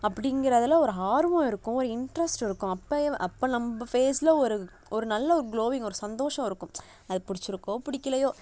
அப்படிங்கிறதுல ஒரு ஆர்வம் இருக்கும் ஒரு இன்ட்ரெஸ்ட் இருக்கும் அப்போயே அப்போ நம்ப ஃபேஸில் ஒரு ஒரு நல்ல ஒரு க்ளோயிங் ஒரு சந்தோஷம் இருக்கும் அது பிடிச்சிருக்கோ பிடிக்கலையோ